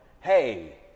hey